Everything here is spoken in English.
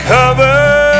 Cover